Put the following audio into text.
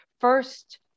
First